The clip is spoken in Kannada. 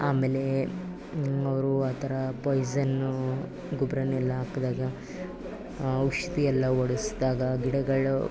ಆಮೇಲೆ ಅವರು ಆ ಥರ ಪಾಯ್ಸನ್ನು ಗೊಬ್ಬರವನ್ನೆಲ್ಲ ಹಾಕ್ದಾಗ ಔಷಧಿಯೆಲ್ಲ ಒಡೆಸ್ದಾಗ ಗಿಡಗಳು